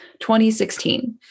2016